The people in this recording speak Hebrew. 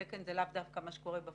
תקן זה לאו דווקא מה שקורה בפועל.